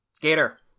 Gator